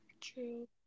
True